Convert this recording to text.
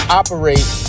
operate